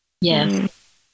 Yes